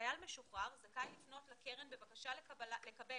חייל משוחרר זכאי לפנות לקרן בבקשה לקבל